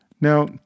Now